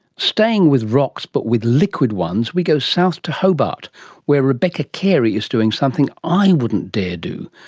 staying with rocks but with liquid ones, we go south to hobart where rebecca carey is doing something i wouldn't dare do,